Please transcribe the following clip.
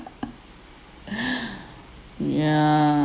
yeah